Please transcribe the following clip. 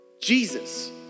Jesus